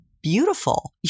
beautiful